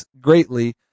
greatly